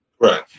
Right